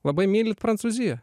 labai mylit prancūziją